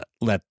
let